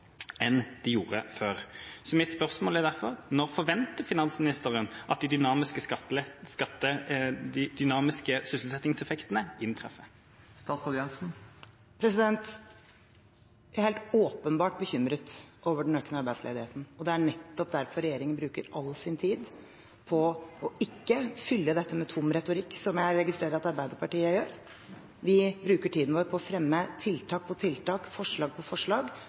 enn det gjorde før. Mitt spørsmål er derfor: Når forventer finansministeren at de dynamiske sysselsettingseffektene inntreffer? Jeg er helt åpenbart bekymret over den økende arbeidsledigheten, og det er nettopp derfor regjeringen bruker all sin tid på ikke å fylle dette med tom retorikk, som jeg registrerer at Arbeiderpartiet gjør. Vi bruker tiden vår på å fremme tiltak på tiltak, forslag på forslag,